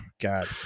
God